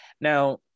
Now